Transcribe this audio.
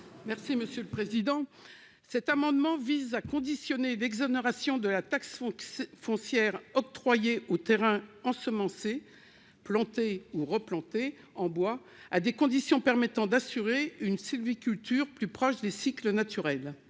Mme Raymonde Poncet Monge. Cet amendement vise à conditionner l'exonération de la taxe foncière octroyée aux terrains ensemencés, plantés ou replantés en bois à des conditions permettant d'assurer une sylviculture plus proche des cycles naturels.